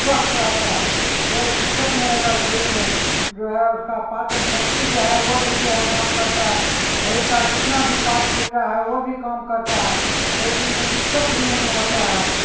سوستھ رہتا ہے کوئی دقت نہیں رہتا شریر میں جو ہے اس کا پاچن شکتی جو ہے وہ بھی جو ہے کام کرتا ہے شریر کا جتنا بھی پاٹ پرزا ہے وہ بھی کام کرتا ہے کوئی چیز میں دقت ہی نہیں ہوتا ہے